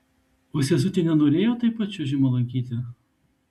o sesutė nenorėjo taip pat čiuožimo lankyti